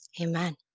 Amen